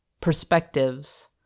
perspectives